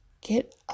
Get